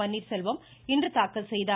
பன்னீர்செல்வம் இன்று தாக்கல் செய்தார்